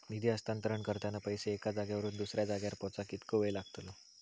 निधी हस्तांतरण करताना पैसे एक्या जाग्यावरून दुसऱ्या जाग्यार पोचाक कितको वेळ लागतलो?